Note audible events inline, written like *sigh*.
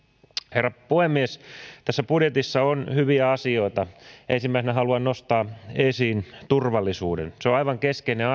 herra puhemies tässä budjetissa on hyviä asioita ensimmäisenä haluan nostaa esiin turvallisuuden se on aivan keskeinen *unintelligible*